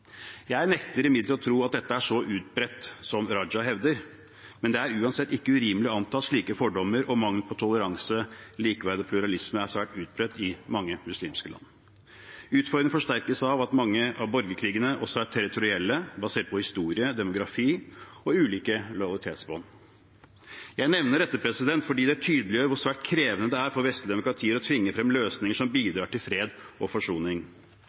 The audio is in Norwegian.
Jeg nekter imidlertid å tro at dette er så utbredt som representanten Raja hevder, men det er uansett ikke urimelig å anta at slike fordommer og mangel på toleranse, likeverd og pluralisme er svært utbredt i mange muslimske land. Utfordringen forsterkes av at mange av borgerkrigene også er territorielle, basert på historie, demografi og ulike lojalitetsbånd. Jeg nevner dette fordi det tydeliggjør hvor svært krevende det er for vestlige demokratier å tvinge frem løsninger som bidrar til fred og forsoning,